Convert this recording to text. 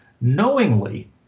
knowingly